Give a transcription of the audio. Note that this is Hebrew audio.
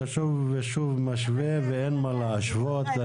אתה שוב משווה, ואין מה להשוות.